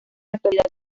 actualidad